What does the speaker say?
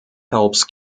helps